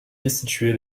destituer